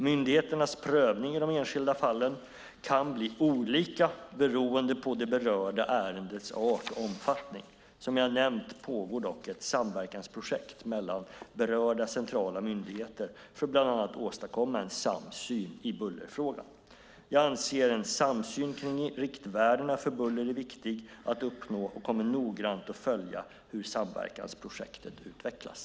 Myndigheternas prövning i de enskilda fallen kan bli olika beroende på det berörda ärendets art och omfattning. Som jag nämnt pågår dock ett samverkansprojekt mellan berörda centrala myndigheter för att bland annat åstadkomma en samsyn i bullerfrågor. Jag anser att en samsyn kring riktvärdena för buller är viktig att uppnå och kommer noggrant att följa hur samverkansprojektet utvecklas.